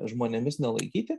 žmonėmis nelaikyti